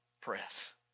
press